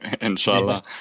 inshallah